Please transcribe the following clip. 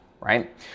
right